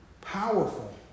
powerful